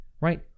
right